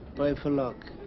play for look